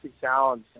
challenge